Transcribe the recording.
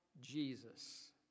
Jesus